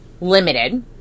limited